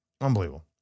Unbelievable